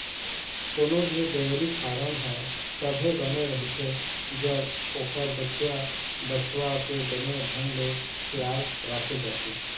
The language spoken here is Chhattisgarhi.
कोनो भी डेयरी फारम ह तभे बने रहिथे जब ओखर बछिया, बछवा के बने ढंग ले खियाल राखे जाथे